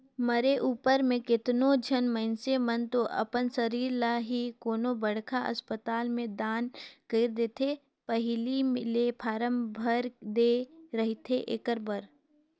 मरे उपर म केतनो झन मइनसे मन तो अपन सरीर ल ही कोनो बड़खा असपताल में दान कइर देथे पहिली ले फारम भर दे रहिथे एखर बर